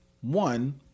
one